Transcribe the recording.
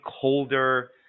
colder